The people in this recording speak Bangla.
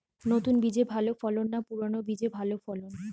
নতুন বীজে ভালো ফলন না পুরানো বীজে ভালো ফলন?